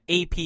AP